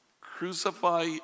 Crucify